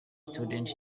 student